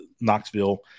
Knoxville